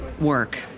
work